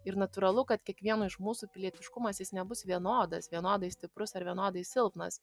ir natūralu kad kiekvieno iš mūsų pilietiškumas jis nebus vienodas vienodai stiprus ar vienodai silpnas